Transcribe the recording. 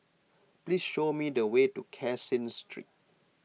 please show me the way to Caseen Street